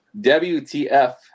WTF